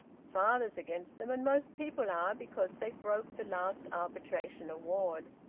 father's against them, and most people are, because they broke the last arbitration award.